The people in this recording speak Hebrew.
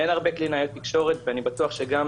אין הרבה קלינאי תקשורת ואני בטוח שגם